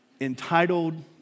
entitled